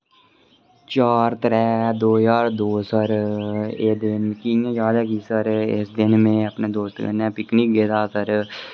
चार त्रै दो ज्हार दो सर एह् दिन मिगी इयां याद ऐ सर इस दिन मैं अपने दोस्तें कन्नै पिकनिक गेदा सर